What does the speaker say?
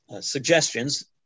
suggestions